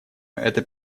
это